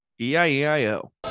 E-I-E-I-O